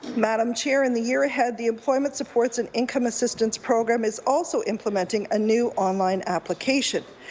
madam chair, in the year ahead, the employment supports and income assistance program is also implementing a new online application.